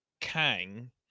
Kang